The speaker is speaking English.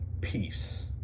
peace